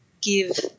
give